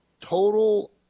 Total